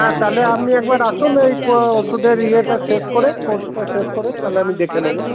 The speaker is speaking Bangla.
হ্যাঁ তাহলে আপনি একবার আসুন ওই ওষুধের ইয়েটা শেষ করে কোর্সটা শেষ করে তাহলে আমি দেখে নেব